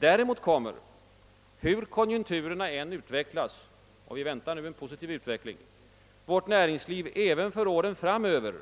Däremot kommer, hur konjunkturerna än utvecklas — och vi väntar nu en positiv utveckling — vårt näringsliv även för åren framöver